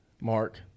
Mark